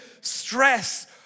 stress